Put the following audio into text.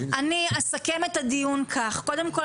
אסכם את הדיון כך: קודם כול,